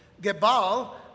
Gebal